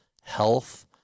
health